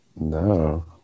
no